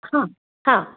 हां हां